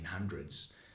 1800s